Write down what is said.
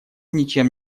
ничем